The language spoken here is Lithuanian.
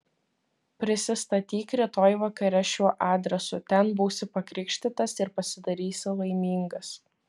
prisistatyk rytoj vakare šiuo adresu ten būsi pakrikštytas ir pasidarysi laimingas